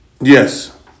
Yes